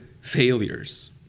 failures